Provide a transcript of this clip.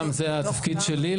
גם זה התפקיד שלי,